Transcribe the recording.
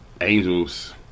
angels